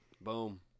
Boom